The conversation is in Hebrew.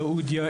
סעודיה,